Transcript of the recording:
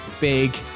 big